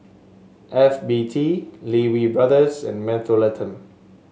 F B T Lee Wee Brothers and Mentholatum